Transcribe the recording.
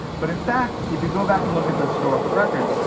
but, in fact, if you go back and look at the historical record,